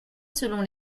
selon